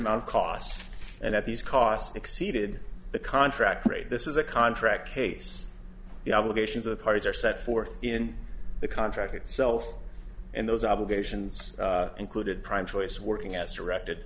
amount costs and that these costs exceeded the contract rate this is a contract case the obligations of the parties are set forth in the contract itself and those obligations included prime choice working as directed